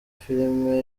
filime